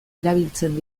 erabiltzen